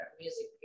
music